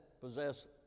possess